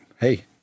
hey